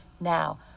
Now